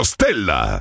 Stella